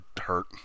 hurt